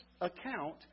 account